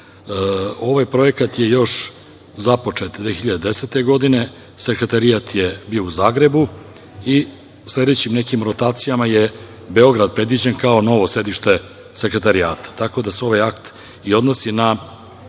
Ovaj projekat je započet 2010. godine. Sekretarijat je bio u Zagrebu i sledećim nekim rotacijama je Beograd predviđen kao novo sedište sekretarijata,